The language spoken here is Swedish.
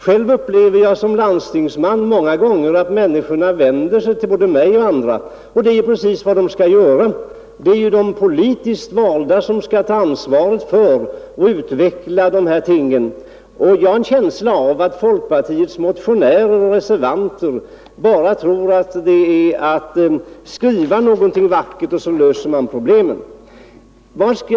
Själv upplever jag såsom landstingsman många gånger att människor vänder sig till mig eller andra landstingsmän, vilket är precis vad de skall göra. Det är ju de politiskt valda som skall ta ansvaret för och utveckla dessa ting. Jag har en känsla av att folkpartiets motionärer och reservanter bara tror att det är att skriva någonting vackert så är problemen lösta.